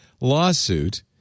lawsuit